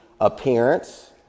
appearance